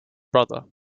brother